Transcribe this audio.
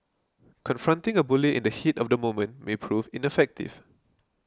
confronting a bully in the heat of the moment may prove ineffective